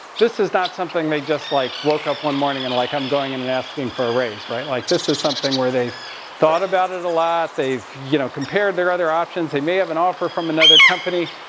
this is not something they just like woke up one morning and like, i'm going in and asking for a raise, right? like this is something where they've thought about it a lot, they've you know, compared their other options, they may have an offer from another company,